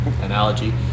analogy